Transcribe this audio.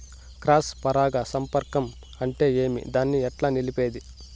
Cross పరాగ సంపర్కం అంటే ఏమి? దాన్ని ఎట్లా నిలిపేది?